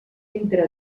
entre